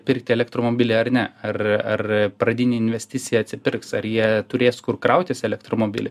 pirkti elektromobilį ar ne ar ar pradinė investicija atsipirks ar jie turės kur krautis elektromobilį